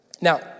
Now